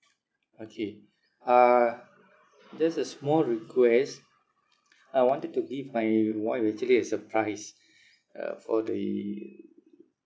okay uh just a small request I wanted to give my wife actually a surprise uh for the